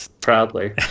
proudly